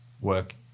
work